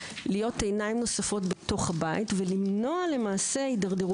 להיות עיניים נוספות בתוך הבית ולמנוע הידרדרות.